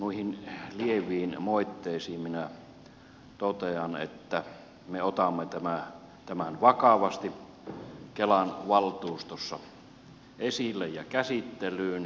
noihin lieviin moitteisiin minä totean että me otamme tämän vakavasti kelan valtuustossa esille ja käsittelyyn